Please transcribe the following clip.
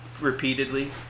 Repeatedly